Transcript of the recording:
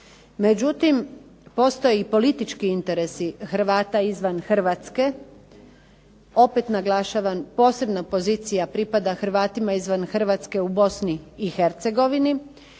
Međutim, postoji i politički interesi Hrvata izvan Hrvatske, opet naglašavam posebna pozicija pripada Hrvatima izvan Hrvatske u BiH, prema